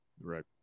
Right